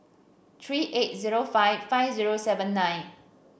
three eight zero five five zero seven nine